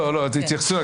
לא, שורה בקובץ.